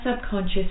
subconscious